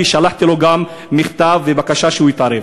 כי שלחתי לו מכתב בקשה שהוא יתערב.